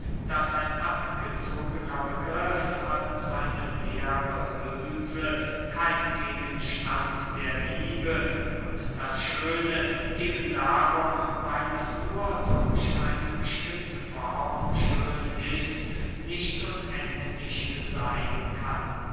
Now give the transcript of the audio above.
daß ein abgezogener begriff als eine leere hülse kein gegenstand der liebe und das schöne eben darum weil es nur durch eine bestimmte form schön ist nicht unendlich seyn kann